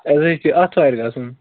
اَسہِ حظ چھُ آتھوارِ گَژھُن